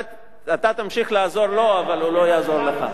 אתה תמשיך לעזור לו, אבל הוא לא יעזור לך.